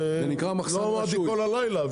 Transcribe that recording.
לא אמרתי כל הלילה,